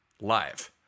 live